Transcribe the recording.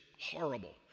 horrible